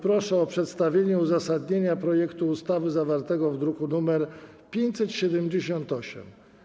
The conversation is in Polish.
Proszę o przedstawienie uzasadnienia projektu ustawy zawartego w druku nr 578.